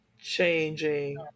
changing